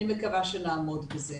ואני מקווה שנעמוד בזה.